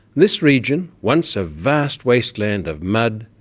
this region, once a vast wasteland of mud,